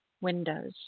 windows